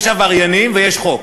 יש עבריינים ויש חוק.